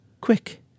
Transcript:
quick